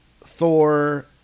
Thor